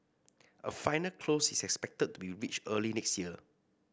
a final close is expected to be reached early next year